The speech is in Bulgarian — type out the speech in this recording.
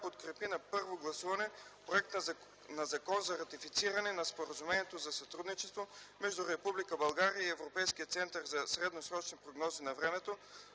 подкрепи на първо гласуване Законопроект за ратифициране на Споразумението за сътрудничество между Република България и Европейския център за средносрочни прогнози на времето,